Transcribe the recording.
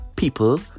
people